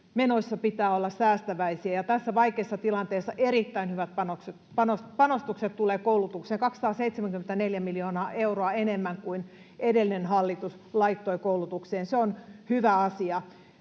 menoissa pitää olla säästäväisiä. Tässä vaikeassa tilanteessa tulee erittäin hyvät panostukset koulutukseen: 274 miljoonaa euroa enemmän kuin edellinen hallitus laittoi koulutukseen. Se on hyvä asia.